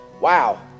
Wow